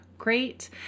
great